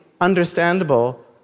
understandable